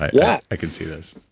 i yeah i could see those